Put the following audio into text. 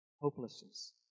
hopelessness